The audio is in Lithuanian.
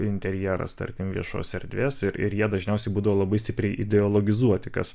interjeras tarkim viešos erdvės ir ir jie dažniausiai būdavo labai stipriai ideologizuoti kas